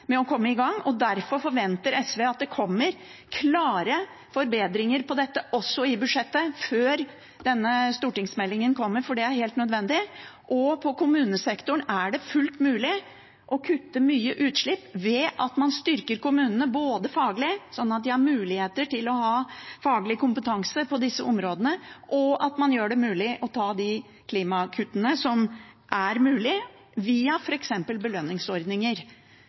kommer klare forbedringer på dette, også i budsjettet, før denne stortingsmeldingen kommer, for det er helt nødvendig. På kommunesektoren er det fullt mulig å kutte mye utslipp ved å styrke kommunene faglig, sånn at de har faglig kompetanse på disse områdene, og ved å ta de klimakuttene som det er mulig å ta, via f.eks. belønningsordninger.